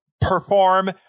perform